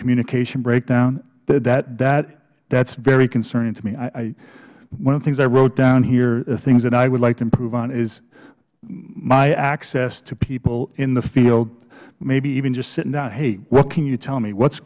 communication breakdown that's very concerning to me one of the things i wrote down here the things that i would like to improve on is my access to people in the field maybe even just sitting down hey what can you tell me what's